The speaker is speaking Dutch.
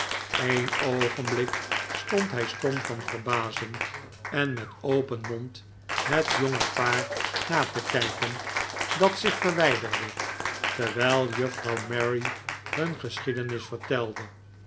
een oogenblik stond hij stom van verbazing en met open mond het jonge paar na te kijken dat zich verwijderde terwijl juffrouw mary hun geschiedenis vertelde